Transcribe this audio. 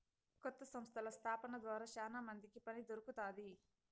కొత్త సంస్థల స్థాపన ద్వారా శ్యానా మందికి పని దొరుకుతాది